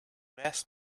best